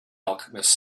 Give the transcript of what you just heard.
alchemist